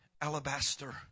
alabaster